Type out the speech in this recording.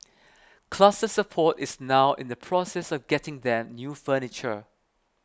Cluster Support is now in the process of getting them new furniture